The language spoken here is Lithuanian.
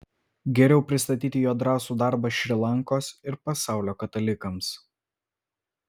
geriau pristatyti jo drąsų darbą šri lankos ir pasaulio katalikams